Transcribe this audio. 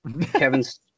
Kevin's